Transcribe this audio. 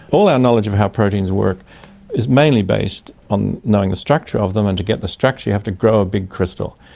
all our knowledge of how proteins work is mainly based on knowing the structure of them, and to get the structure you have to grow a big crystal.